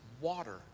Water